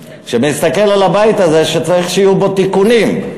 שמסתכל על הבית הזה, שצריך שיהיו בו תיקונים,